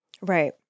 Right